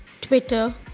twitter